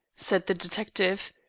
said the detective.